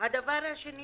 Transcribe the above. דבר שני,